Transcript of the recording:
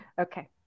Okay